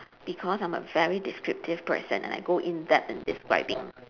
because I'm a very descriptive person and I go in depth in describing